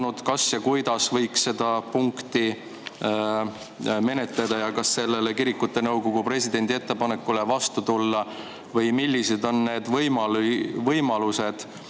kas ja kuidas võiks seda punkti menetleda ja kas võiks kirikute nõukogu presidendi ettepanekule vastu tulla, või millised on need võimalused,